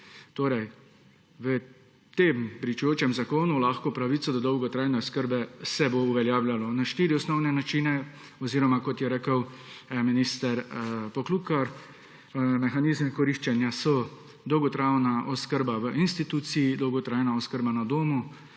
V tem pričujočem zakonu se bo lahko pravica do dolgotrajne oskrbe uveljavljala na štiri osnovne načine oziroma, kot je rekel minister Poklukar, mehanizmi koriščenja so dolgotrajna oskrba v instituciji, dolgotrajna oskrba na domu,